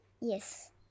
Yes